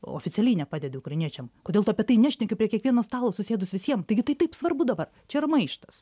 oficialiai nepadedi ukrainiečiam kodėl tu apie tai nešneki prie kiekvieno stalo susėdus visiem taigi tai taip svarbu dabar čia yra maištas